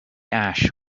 ash